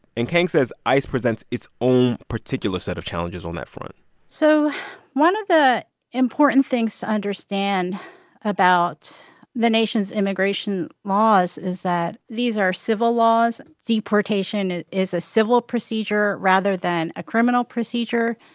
and kang says ice presents its own particular set of challenges on that front so one of the important things to understand about the nation's immigration laws is that these are civil laws. deportation is a civil procedure rather than a criminal procedure.